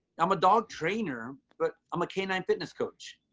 i'm a dog trainer, but i'm a canine fitness coach,